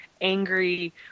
angry